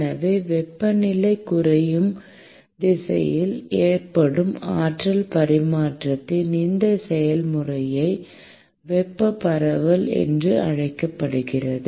எனவே வெப்பநிலை குறையும் திசையில் ஏற்படும் ஆற்றல் பரிமாற்றத்தின் இந்த செயல்முறையே வெப்ப பரவல் என்று அழைக்கப்படுகிறது